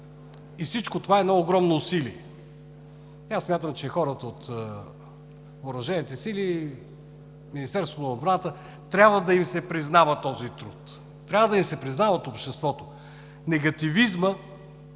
Всичко това е едно огромно усилие. Смятам, че на хората от въоръжените сили, Министерството на отбраната – трябва да им се признава този труд. Трябва да им се признава от обществото! Негативизмът